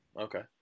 Okay